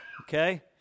Okay